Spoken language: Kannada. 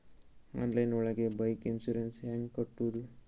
ಆನ್ಲೈನ್ ಒಳಗೆ ಬೈಕ್ ಇನ್ಸೂರೆನ್ಸ್ ಹ್ಯಾಂಗ್ ಕಟ್ಟುದು?